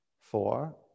Four